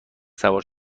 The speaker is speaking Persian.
سوار